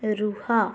ରୁହ